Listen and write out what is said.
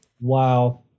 Wow